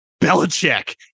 Belichick